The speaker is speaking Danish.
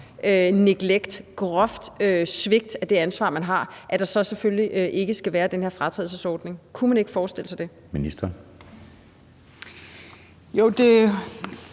begået groft svigt af det ansvar, man har, så skal der selvfølgelig ikke være den her fratrædelsesordning? Kunne man ikke forestille sig det? Kl. 13:26 Anden